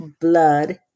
blood